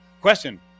question